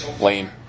Lame